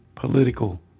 political